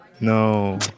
no